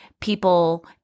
people